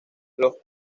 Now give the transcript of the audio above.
los